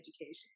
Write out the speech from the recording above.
education